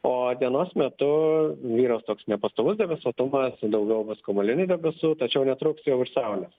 o dienos metu vyraus toks nepastovus debesuotumas daugiau bus kamuolinių debesų tačiau netruks jau ir saulės